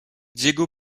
diego